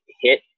hit